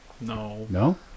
No